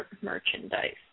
merchandise